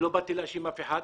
אני לא באתי להאשים אף אחד.